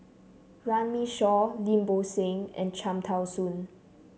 Runme Shaw Lim Bo Seng and Cham Tao Soon